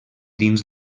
dins